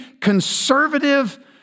conservative